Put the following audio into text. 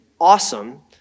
awesome